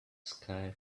sky